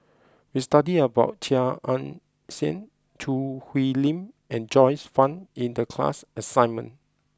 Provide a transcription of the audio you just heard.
we studied about Chia Ann Siang Choo Hwee Lim and Joyce Fan in the class assignment